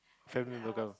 family will come